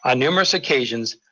ah numerous occasions,